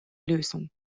lösung